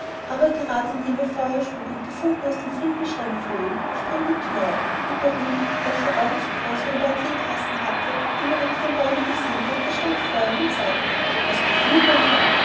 aber gerade indem er feuer schlug und die funken aus dem flintenstein flogen sprang die thür auf und der hund welcher augen so groß wie ein paar theetassen hatte und den er unten unter dem baume gesehen hatte stand vor ihm und sagte was befiehlt mein herr